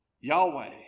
Yahweh